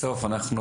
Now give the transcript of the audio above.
בסוף אנחנו